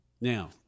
Now